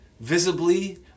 visibly